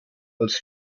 als